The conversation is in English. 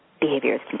behaviors